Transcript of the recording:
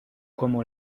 como